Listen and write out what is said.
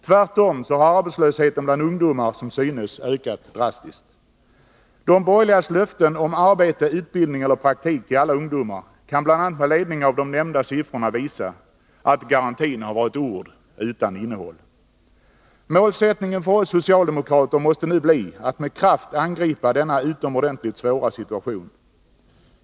Tvärtom har arbetslösheten bland ungdomar, som synes, ökat drastiskt. De borgerligas löften om arbete, utbildning eller praktik till alla ungdomar kan bl.a. med ledning av de nämnda siffrorna visa att garantin har varit ord utan innehåll. Målsättningen för oss socialdemokrater måste nu bli att med kraft angripa denna utomordentligt svåra situation.